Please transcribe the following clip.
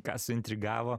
ką suintrigavo